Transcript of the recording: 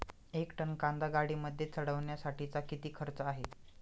एक टन कांदा गाडीमध्ये चढवण्यासाठीचा किती खर्च आहे?